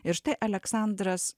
ir štai aleksandras